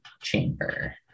chamber